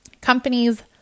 companies